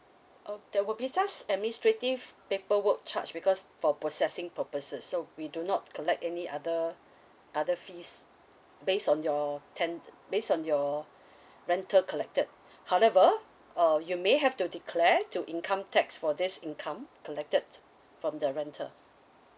uh there will be just administrative paperwork charge because for processing purposes so we do not collect any other other fees based on your ten~ based on your rental collected however uh you may have to declare to income tax for this income collected from the rental